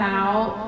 out